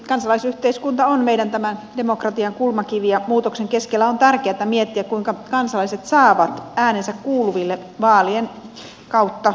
kansalaisyhteiskunta on tämän meidän demokratiamme kulmakivi ja muutoksen keskellä on tärkeätä miettiä kuinka kansalaiset saavat äänensä kuuluville päätöksenteossa vaalien kautta